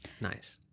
nice